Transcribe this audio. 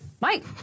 Mike